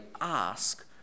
ask